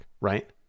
right